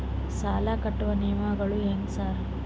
ಸಾಲ ಕಟ್ಟುವ ನಿಯಮಗಳು ಹ್ಯಾಂಗ್ ಸಾರ್?